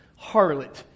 harlot